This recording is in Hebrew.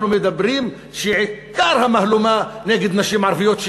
אנחנו מדברים על כך שעיקר המהלומה נגד נשים ערביות,